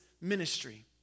ministry